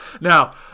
Now